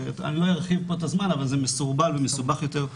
אני לא ארחיב פה, אבל זה מסורבל ומסובך יותר.